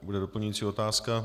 Bude doplňující otázka.